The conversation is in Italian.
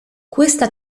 questa